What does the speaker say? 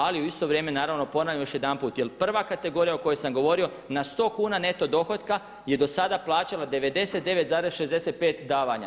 Ali u isto vrijeme naravno ponavljam još jedanput, jer prva kategorija o kojoj sam govorio na 100 kuna neto dohotka je do sada plaćala 99,65 davanja.